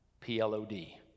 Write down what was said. P-L-O-D